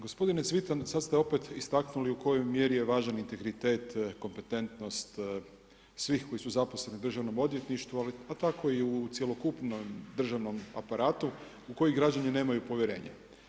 gospodine Cvitan, sada ste opet istaknuli u kojoj je mjeri važan integritet, kompetentnost svih koji su zaposleni u državnom odvjetništvu, a tako i u cjelokupnom državnom aparatu u koji građani nemaju povjerenje.